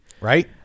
Right